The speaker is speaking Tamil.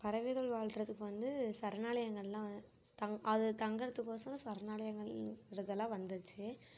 பறவைகள் வாழ்கிறதுக்கு வந்து சரணாலயங்களெலாம் தங் அது தங்கிறதுக்கு ஒசரம் சரணாலயங்கள்ங்கிறதுலாம் வந்துச்சு